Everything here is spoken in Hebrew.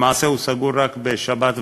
למעשה הוא סגור רק בשבת ובחג,